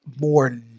more